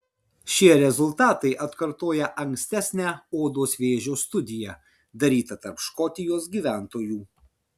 šie rezultatai atkartoja ankstesnę odos vėžio studiją darytą tarp škotijos gyventojų